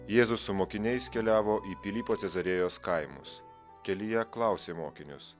jėzus su mokiniais keliavo į pilypo cezarėjos kaimus kelyje klausė mokinius